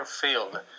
field